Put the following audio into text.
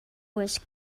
was